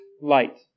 light